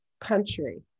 country